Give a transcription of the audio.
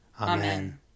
Amen